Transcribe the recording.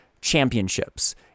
championships